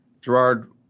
Gerard